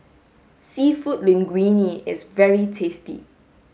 seafood linguine is very tasty